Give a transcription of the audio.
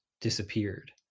disappeared